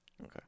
Okay